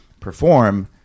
perform